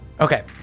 Okay